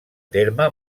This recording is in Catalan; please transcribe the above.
terme